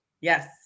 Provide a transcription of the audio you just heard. Yes